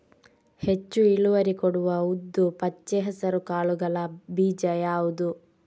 ಹೆಚ್ಚು ಇಳುವರಿ ಕೊಡುವ ಉದ್ದು, ಪಚ್ಚೆ ಹೆಸರು ಕಾಳುಗಳ ಬೀಜ ಯಾವುದು?